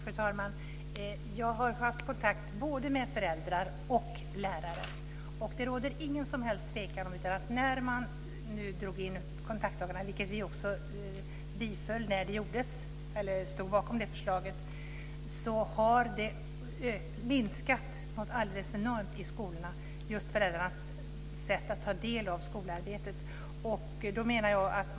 Fru talman! Jag har haft kontakt både med föräldrar och lärare. Det råder inget som helst tvivel om att när kontaktdagarna drogs in - ett förslag som vi stod bakom - minskade föräldrarnas deltagande i skolarbetet enormt.